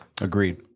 Agreed